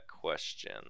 question